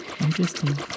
Interesting